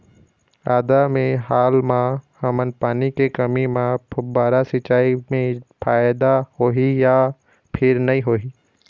आदा मे हाल मा हमन पानी के कमी म फुब्बारा सिचाई मे फायदा होही या फिर नई होही?